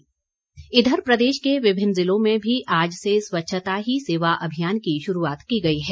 स्वच्छता इधर प्रदेश के विभिन्न जिलों में भी आज से स्वच्छता ही सेवा अभियान की शुरूआत की गई है